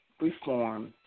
reform